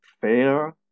Fair